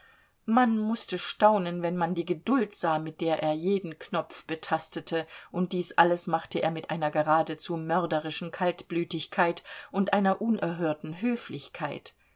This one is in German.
man mußte staunen wenn man die geduld sah mit der er jeden knopf betastete und dies alles machte er mit einer geradezu mörderischen kaltblütigkeit und einer unerhörten höflichkeit